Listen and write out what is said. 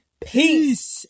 Peace